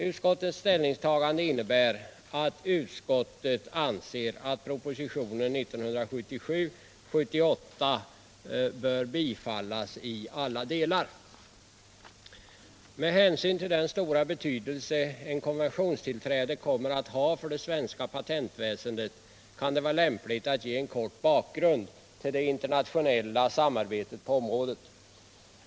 Utskottets ställningstagande innebär att utskottet anser att propositionen 1977/78:1 bör bifallas i alla delar. Med hänsyn till den stora betydelse ett konventionstillträde kommer att ha för det svenska patentväsendet kan det vara lämpligt att ge en kort bakgrund till det internationella samarbetet på området.